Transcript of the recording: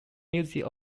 music